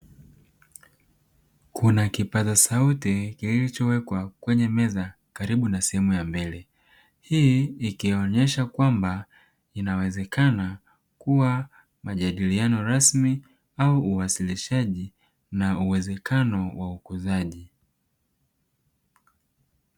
Kuna kipaza sauti kilichowekwa kwenye meza karibu na sehemu ya mbele, hii ikionyesha kwamba inawezekana kuwa majadiliano rasmi au uwasilishaji na uwezekano wa ukuzaji.